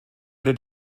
did